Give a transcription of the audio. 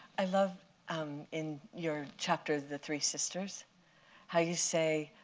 i love in your chapter the three sisters how you say